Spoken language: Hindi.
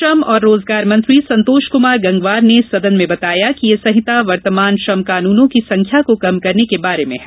श्रम और रोजगार मंत्री संतोष कुमार गंगवार ने सदन में बताया कि यह संहिता वर्तमान श्रम कानूनों की संख्या को कम करने के बारे में है